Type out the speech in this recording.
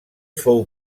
fou